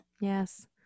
Yes